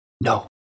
No